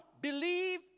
believe